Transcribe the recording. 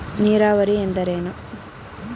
ನೀರಾವರಿ ಎಂದರೇನು?